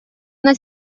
una